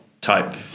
type